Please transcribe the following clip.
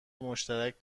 مشترک